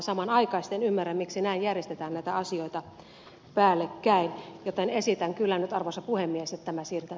en ymmärrä miksi näin järjestetään näitä asioita päällekkäin joten ehdotan kyllä nyt arvoisa puhemies että me siirtää